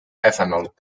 ethanol